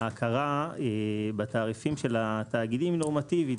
ההכרה בתעריפים של התאגידים היא נורמטיבית